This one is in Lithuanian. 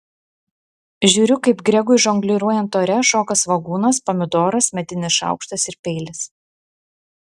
žiūriu kaip gregui žongliruojant ore šoka svogūnas pomidoras medinis šaukštas ir peilis